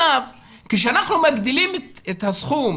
כשאנחנו מגדילים את הסכום,